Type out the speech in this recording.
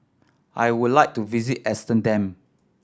I would like to visit Amsterdam